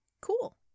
Cool